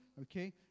okay